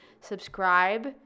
subscribe